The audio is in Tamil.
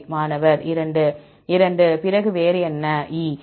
மாணவர் 2 2 பிறகு வேறு என்ன E